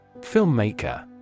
Filmmaker